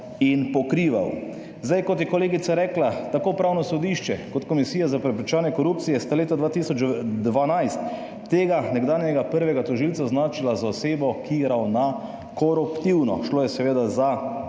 in pokrival. Kot je kolegica rekla, tako Upravno sodišče kot Komisija za preprečevanje korupcije sta leta 2012 tega nekdanjega prvega tožilca označila za osebo, ki ravna koruptivno. Šlo je seveda za